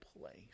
place